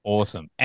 Awesome